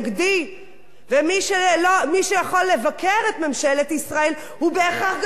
ומי שיכול לבקר את ממשלת ישראל הוא בהכרח גם עוכר ישראל.